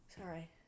Sorry